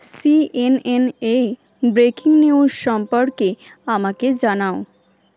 CNN এ breaking news সম্পর্কে আমাকে জানাও